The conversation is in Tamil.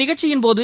நிகழ்ச்சியின் போது